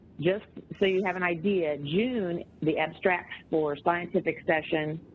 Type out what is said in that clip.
just so you have an idea, june, the abstracts for scientific sessions